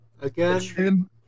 again